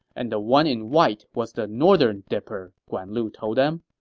and the one in white was the northern dipper, guan lu told him.